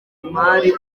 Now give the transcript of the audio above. imali